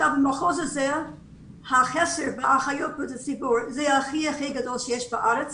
במחוז הזה המחסור באחיות בריאות הציבור הוא הכי הכי גדול בארץ.